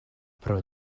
pro